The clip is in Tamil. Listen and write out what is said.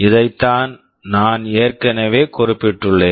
இதைத்தான் நான் ஏற்கனவே குறிப்பிட்டுள்ளேன்